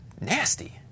nasty